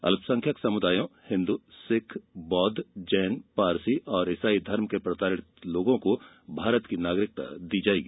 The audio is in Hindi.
अल्पसंख्यक समुदायों हिन्दू सिख बौद्ध जैन पारसी और ईसाई धर्म के प्रताड़ित लोगों को भारत की नागरिकता दी जाएगी